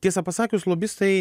tiesą pasakius lobistai